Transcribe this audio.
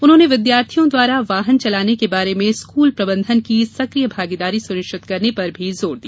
उन्होंने विद्यार्थियों द्वारा वाहन चलाने के बारे में स्कूल प्रबंधन की सक्रिय भागीदारी सुनिश्चित करने पर भी जोर दिया